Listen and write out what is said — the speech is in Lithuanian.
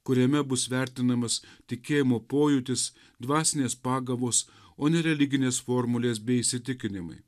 kuriame bus vertinamas tikėjimo pojūtis dvasinės pagavos o ne religinės formulės bei įsitikinimai